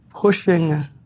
pushing